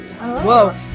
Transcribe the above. Whoa